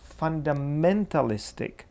fundamentalistic